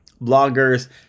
bloggers